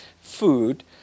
food